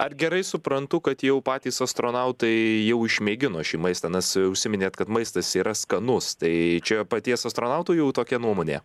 ar gerai suprantu kad jau patys astronautai jau išmėgino šį maistą nes užsiminėt kad maistas yra skanus tai čia paties astronautų jau tokia nuomonė